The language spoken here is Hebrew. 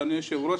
אדוני היושב-ראש,